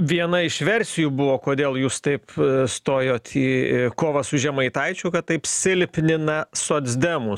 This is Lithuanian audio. viena iš versijų buvo kodėl jūs taip stojot į kovą su žemaitaičiu kad taip silpnina socdemų